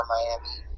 Miami